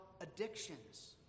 addictions